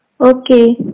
Okay